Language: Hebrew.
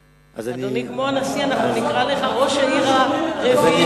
אדוני, כמו הנשיא, נקרא לך ראש העיר הרביעי.